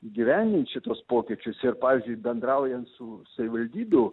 įgyvendint šituos pokyčius ir pavyzdžiui bendraujant su savivaldybių